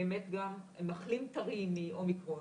באמת גם מחלים טרי מאומיקרון